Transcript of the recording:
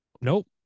Nope